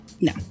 no